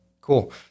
cool